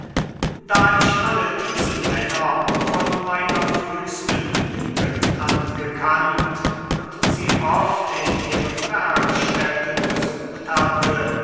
da ich alle diese männer von meiner frühsten jugend an gekannt und sie oft in ihren werkstätten besucht hatte